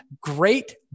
great